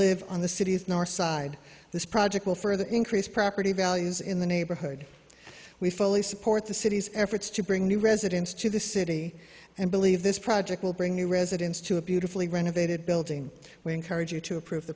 live on the city's north side this project will further increase property values in the neighborhood we fully support the city's efforts to bring new residents to the city and believe this project will bring new residents to a beautifully renovated building we encourage you to approve